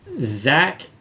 Zach